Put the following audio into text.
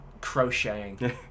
crocheting